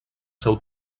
seu